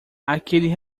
aquele